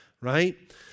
right